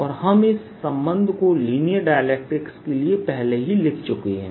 और हम इस संबंध को लीनियर डाइलेक्ट्रिक्स के लिए पहले ही लिख चुके हैं